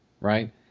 Right